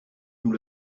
nous